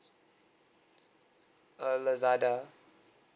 uh lazada